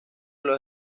los